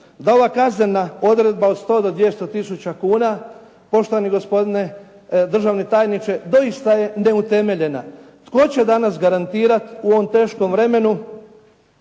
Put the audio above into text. da ova kaznena odredba od 100 do 200 tisuća kuna, poštovani gospodine državni tajniče doista je neutemeljena. Tko će danas garantirati u ovom teškom vremenu